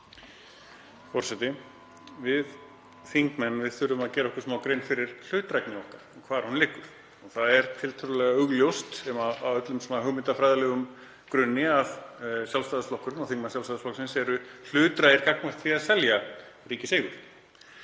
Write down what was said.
Forseti. Við þingmenn þurfum að gera okkur grein fyrir hlutdrægni okkar og hvar hún liggur. Það er tiltölulega augljóst á öllum hugmyndafræðilegum grunni að Sjálfstæðisflokkurinn og þingmenn hans eru hlutdrægir gagnvart því að selja ríkiseigur.